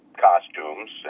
costumes